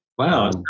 Wow